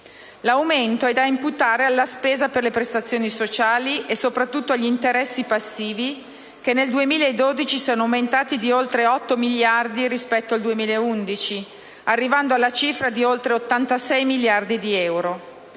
L'aumento è da imputare alla spesa per le prestazioni sociali e, soprattutto, agli interessi passivi, che nel 2012 sono aumentati di oltre 8 miliardi rispetto al 2011, arrivando alla cifra di oltre 86 miliardi di euro.